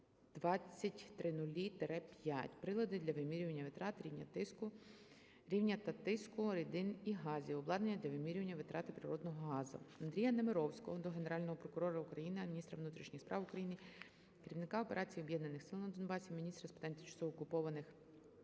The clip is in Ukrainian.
"38420000-5 – Прилади для вимірювання витрати, рівня та тиску рідин і газів (Обладнання для вимірювання витрати природного газу)". Андрія Немировського до Генерального прокурора України, міністра внутрішніх справ України, керівника Операцій Об'єднаних сил на Донбасі, міністра з питань тимчасово окупованих